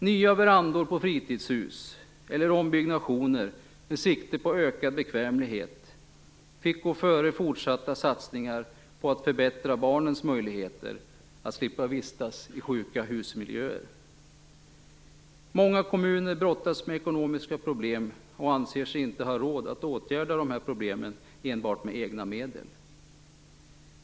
Nya verandor på fritidshus eller ombyggnationer med sikte på ökad bekvämlighet fick gå före fortsatta satsningar på att förbättra barnens möjligheter att slippa vistas i sjuka-hus-miljöer. Många kommuner brottas med ekonomiska problem och anser sig inte ha råd att åtgärda dessa problem enbart med egna medel.